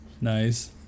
Nice